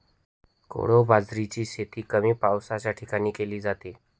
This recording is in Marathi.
कोडो बाजरीची शेती कमी पावसाच्या ठिकाणी केली जाते